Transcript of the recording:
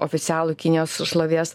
oficialų kinijos šlovės